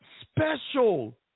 special